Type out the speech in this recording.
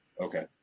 Okay